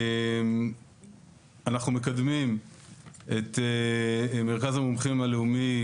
אנחנו מקדמים את מרכז המומחים הלאומי